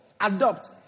adopt